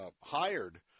hired